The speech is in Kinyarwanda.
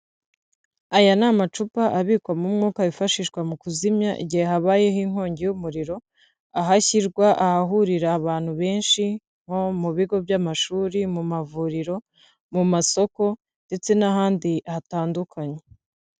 Aya ni amacupa abikwamo umwuka wifashishwa mu kuzimya igihe habayeho inkongi y'umuriro, aho ashyirwa ahahurira abantu benshi nko mu bigo by'amashuri, mu mavuriro, mu masoko ndetse n'ahandi hatandukanye.